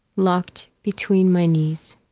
locked between my knees.